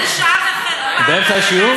באמצע השיעור?